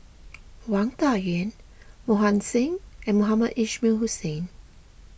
Wang Dayuan Mohan Singh and Mohamed Ismail Hussain